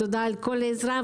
תודה על כל העזרה.